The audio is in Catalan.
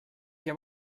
què